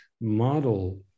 model